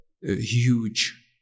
huge